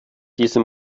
diese